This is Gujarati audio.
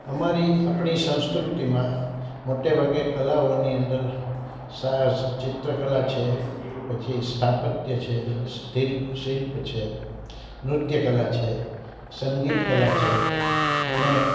અમારી આપળી સંસ્કૃતિમાં મોટે ભાગે કલાઓની અંદર ચિત્રકલા છે પછી સ્થાપત્ય છે શિલ્પ છે નૃત્ય કલા છે સંગીત કલા છે અને